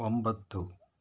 ಒಂಬತ್ತು